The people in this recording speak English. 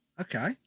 Okay